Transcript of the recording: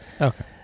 Okay